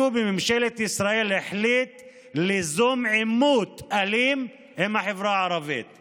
מבחינת נתניהו אלה המחאות הקלות